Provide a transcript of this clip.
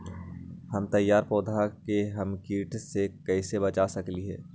हमर तैयार पौधा के हम किट से कैसे बचा सकलि ह?